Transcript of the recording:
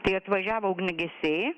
kai atvažiavo ugniagesiai